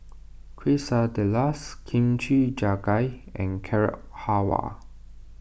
Quesadillas Kimchi Jjigae and Carrot Halwa